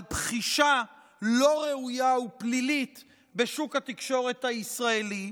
בחישה לא ראויה ופלילית בשוק התקשורת הישראלי.